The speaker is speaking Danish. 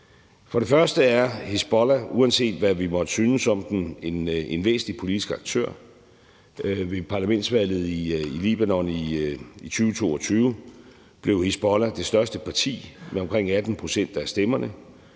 For det første er Hizbollah, uanset hvad vi måtte synes om dem, en væsentlig politisk aktør. Ved parlamentsvalget i Libanon i 2022 blev Hizbollah det største parti med omkring 18 pct. af stemmerne,